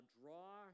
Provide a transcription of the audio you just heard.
draw